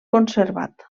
conservat